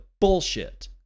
bullshit